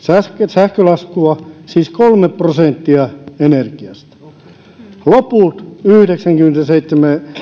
sähkölaskua siis kolme prosenttia oli energiasta loput yhdeksänkymmentäseitsemän